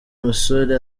musore